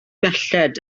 belled